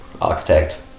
Architect